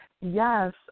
yes